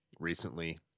recently